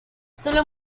sólo